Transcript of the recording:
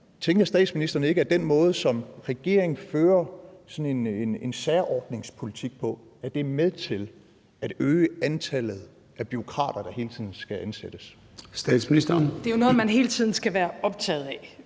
Tænker statsministeren ikke, at den måde, som regeringen fører sådan en særordningspolitik på, er med til at øge antallet af bureaukrater, der hele tiden skal ansættes? Kl. 13:29 Formanden (Søren Gade):